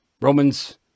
Romans